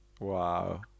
wow